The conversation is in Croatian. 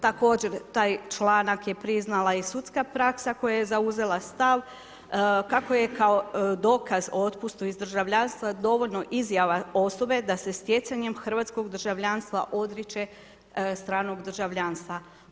Također taj članak je priznala i sudska praksa koja je zauzela stav kako je kao dokaz o otpustu iz državljanstva dovoljno izjava osobe da se stjecanjem hrvatskog državljanstva odriče stranog državljanstva.